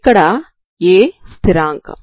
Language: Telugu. ఇక్కడ a స్థిరాంకం